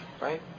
right